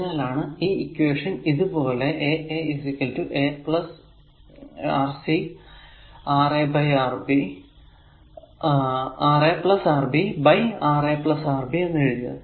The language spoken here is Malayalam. അതിനാലാണ് ഈ ഇക്വേഷൻ ഇതുപോലെ a a a r Rc Ra Rb by Ra Rb എന്നെഴുതിയത്